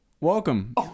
Welcome